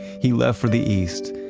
he left for the east,